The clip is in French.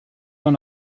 dans